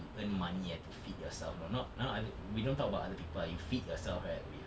earn money eh to feed yourself you know not now I we don't talk about other people ah you feed yourself right with